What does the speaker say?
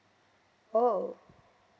oh